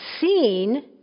seen